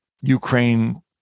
Ukraine